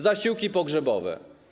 Zasiłki pogrzebowe.